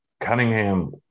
Cunningham